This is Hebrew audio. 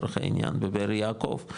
בבאר יעקב,